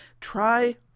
try